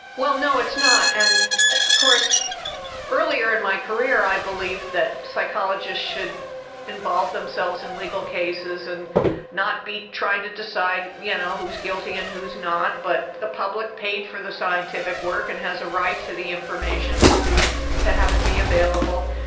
no, it's not, and of course earlier in my career i believed that psychologists should involve themselves in legal cases, and not be trying to decide you know who is guilty and who is not, but the public paid for the scientific work and has a right to the information and to to have it be available.